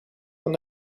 van